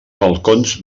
balcons